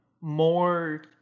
More